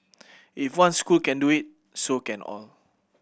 if one school can do it so can all